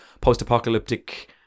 Post-apocalyptic